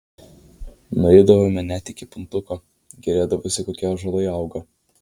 nueidavome net iki puntuko gėrėdavosi kokie ąžuolai auga